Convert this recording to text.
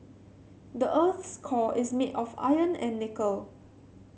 the earth's core is made of iron and nickel